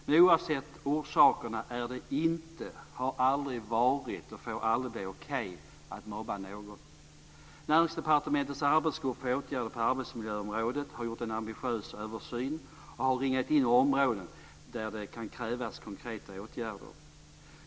Men oavsett orsaker är det inte, har aldrig varit och får aldrig bli okej att mobba någon! Näringsdepartementets arbetsgrupp för åtgärder på arbetsmiljöområdet har gjort en ambitiös översyn och har ringat in områden där det kan krävas konkreta åtgärder.